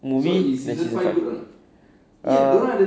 movie then season five err